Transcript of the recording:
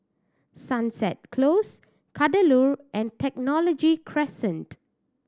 Sunset Close Kadaloor and Technology Crescent